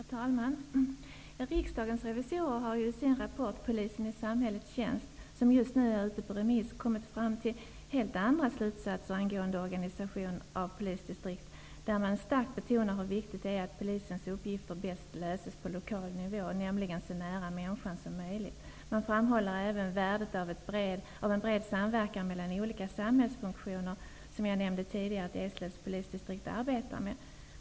Herr talman! Riksdagens revisorer har i sin rapport Polisen i samhällets tjänst -- som just nu är ute på remiss -- kommit fram till helt andra slutsatser angående organisationen av polisdistrikten. Det betonas starkt i rapporten att polisens uppgifter bäst löses på lokal nivå, dvs. så nära människan som möjligt. Värdet av en bred samverkan mellan olika samhällsfunktioner betonas. Jag nämnde tidigare att Eslövs polisdistrikt arbetar på det sättet.